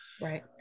right